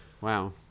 Wow